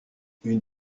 une